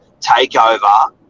takeover